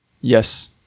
Yes